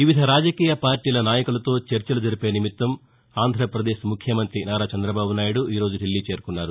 వివిధ రాజకీయ పార్లీల నాయకులతో చర్చలు జరిపే నిమిత్తం ఆంధ్రపదేశ్ ముఖ్యమంత్రి నారా చంద్రబాబు నాయుడు ఈరోజు ఢిల్లీ చేరుకున్నారు